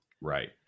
Right